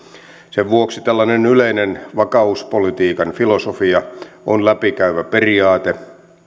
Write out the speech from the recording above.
sen vuoksi tällainen yleinen vakauspolitiikan filosofia on läpikäyvä periaate